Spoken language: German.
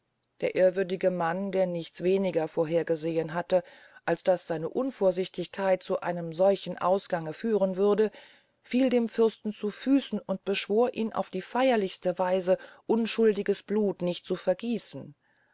der ehrwürdige mann der nichts weniger vorhergesehen hatte als daß seine unvorsichtigkeit zu einem solchen ausgange führen würde fiel dem fürsten zu füssen und beschwor ihn auf die feyerlichste weise unschuldiges blut nicht zu vergiessen